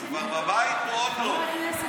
הם כבר בבית או עוד לא?